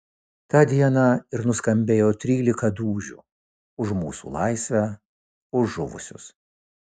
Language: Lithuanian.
tą dieną ir nuskambėjo trylika dūžių už mūsų laisvę už žuvusius